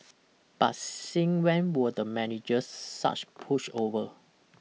but since when were the managers such pushover